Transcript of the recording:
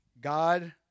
God